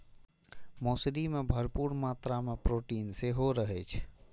मौसरी मे भरपूर मात्रा मे प्रोटीन सेहो रहै छै